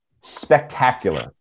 spectacular